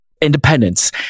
independence